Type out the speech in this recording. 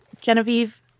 Genevieve